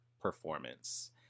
performance